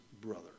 brother